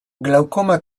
glaukoma